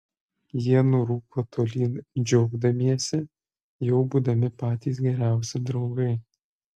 jie nurūko tolyn džiaugdamiesi jau būdami patys geriausi draugai